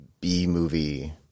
B-movie